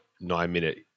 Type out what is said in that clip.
nine-minute